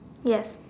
yes